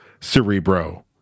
Cerebro